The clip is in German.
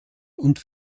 und